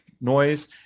noise